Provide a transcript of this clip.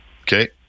Okay